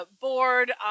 board